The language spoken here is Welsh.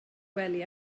gwely